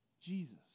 Jesus